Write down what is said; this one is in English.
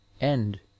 end